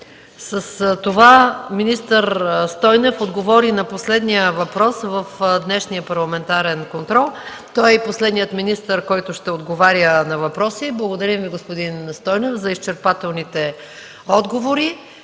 С това министър Стойнев отговори на последния въпрос в днешния парламентарен контрол. Той е и последният министър, който ще отговаря на въпроси. Благодарим Ви, господин Стойнев, за изчерпателните отговори.